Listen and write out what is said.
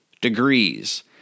degrees